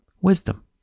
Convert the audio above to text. wisdom